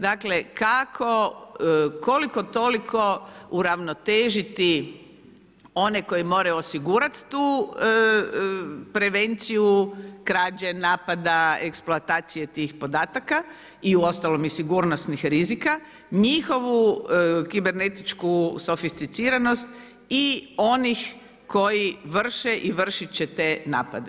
Dakle kako, koliko toliko uravnotežiti one koji moraju osigurati tu prevenciju krađe, napada, eksplantacije tih podataka i uostalom i sigurnosnih rizika, njihovu kibernetičku sofisticiranost i onih koji vrše i vršiti će te napade.